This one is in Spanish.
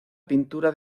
pintura